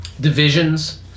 divisions